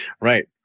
Right